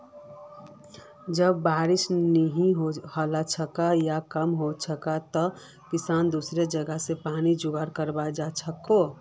जब बारिश नी हछेक या कम हछेक तंए किसानक दुसरा जगह स पानीर जुगाड़ करवा हछेक